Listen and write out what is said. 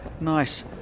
nice